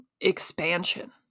expansion